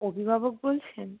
অভিভাবক বলছেন